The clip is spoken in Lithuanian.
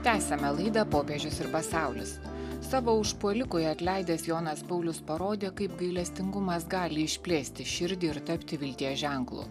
tęsiame laidą popiežius ir pasaulis savo užpuolikui atleidęs jonas paulius parodė kaip gailestingumas gali išplėsti širdį ir tapti vilties ženklu